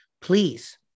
please